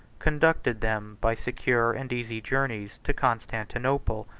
conducted them by secure and easy journeys to constantinople,